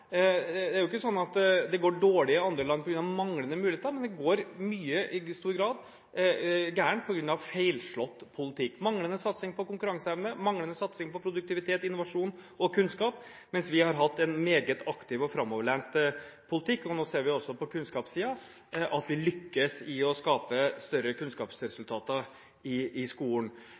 Det er jo ikke sånn at det går dårlig i andre land på grunn av manglende muligheter, men det går i stor grad galt på grunn av feilslått politikk – manglende satsing på konkurranseevne, manglende satsing på produktivitet, innovasjon og kunnskap – mens vi har hatt en meget aktiv og framoverlent politikk. Nå ser vi også på kunnskapssiden at vi lykkes i å skape større kunnskapsresultater i skolen.